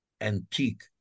antique